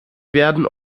werden